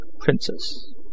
Princess